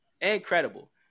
incredible